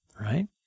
right